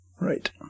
right